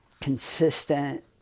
consistent